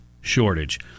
shortage